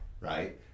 right